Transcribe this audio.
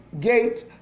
gate